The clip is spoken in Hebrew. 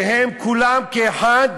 שהם כולם כאחד